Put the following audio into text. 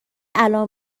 الان